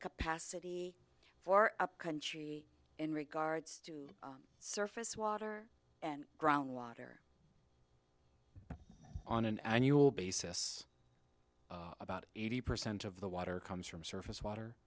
capacity for a country in regards to surface water and groundwater on an annual basis about eighty percent of the water comes from surface water